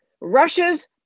Russia's